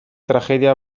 tragedia